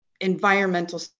environmental